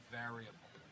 variable